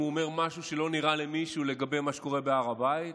אם הוא אומר משהו שלא נראה למישהו לגבי מה שקורה בהר הבית,